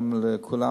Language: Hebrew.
גם לכולם,